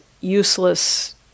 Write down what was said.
useless